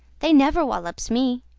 they never wollops me.